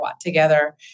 together